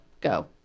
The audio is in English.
go